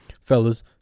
Fellas